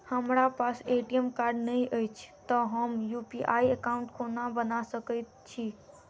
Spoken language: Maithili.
हमरा पास ए.टी.एम कार्ड नहि अछि तए हम यु.पी.आई एकॉउन्ट कोना बना सकैत छी